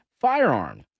firearm